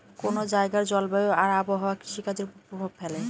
কোন জায়গার জলবায়ু আর আবহাওয়া কৃষিকাজের উপর প্রভাব ফেলে